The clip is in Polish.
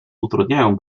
utrudniają